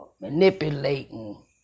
manipulating